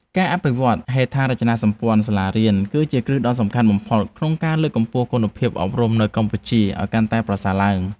ការអភិវឌ្ឍហេដ្ឋារចនាសម្ព័ន្ធសាលារៀន គឺជាគ្រឹះដ៏សំខាន់បំផុតក្នុងការលើកកម្ពស់គុណភាពអប់រំនៅកម្ពុជាឱ្យកាន់តែប្រសើរឡើង។